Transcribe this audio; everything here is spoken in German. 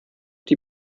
die